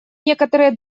некоторые